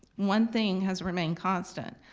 one thing has remained constant.